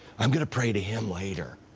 i'm going to pray to him later,